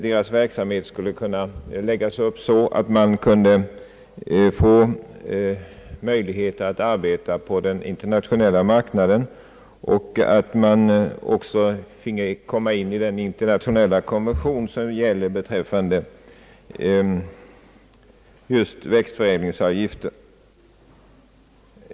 Deras verksamhet skulle kunna läggas om, så att de fick större möjligheter att arbeta på den internationella marknaden och vi finge möjlighet tillämpa den internationella konvention som gäller beträffande växtförädling.